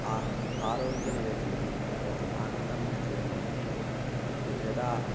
आ आरोग्यमयजीवनं भवति आनन्दमयजीवनं भवति यदा